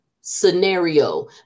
scenario